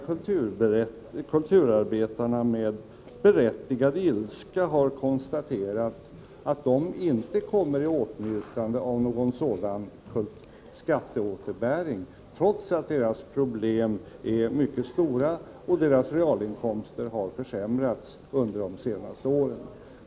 Kulturarbetarna har med berättigad ilska konstaterat att de inte kommer i åtnjutande av någon sådan skatteåterbäring, trots att deras problem är mycket stora och deras realinkomster har försämrats under de senaste åren.